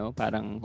parang